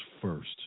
first